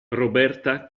roberta